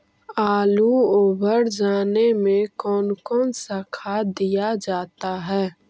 आलू ओवर जाने में कौन कौन सा खाद दिया जाता है?